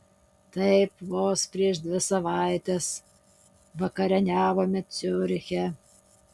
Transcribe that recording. taip vos prieš dvi savaites vakarieniavome ciuriche